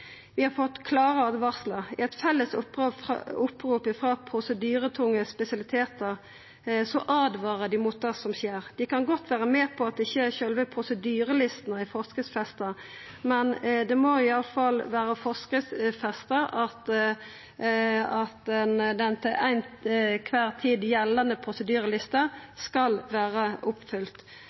Vi har fått klare åtvaringar. I eit felles opprop frå prosedyretunge spesialitetar åtvarar dei mot det som skjer. Dei kan godt vera med på at sjølve prosedyrelistene ikkje er forskriftsfesta, men det må i alle fall vera forskriftsfesta at den til kvar tid gjeldande prosedyrelista skal vera oppfylt.